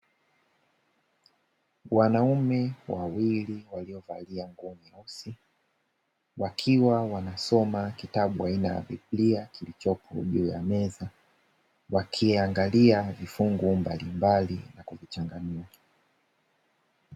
Wanaume wawili waliovalia nguo nyeusi wakiwa wanasoma kitabu aina ya biblia kilichopo juu ya meza, wakiangalia vifungu mbalimbali na kuvichanganua.